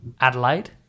Adelaide